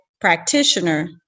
practitioner